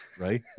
Right